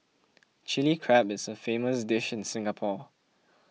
Chilli Crab is a famous dish in Singapore